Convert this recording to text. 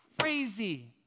crazy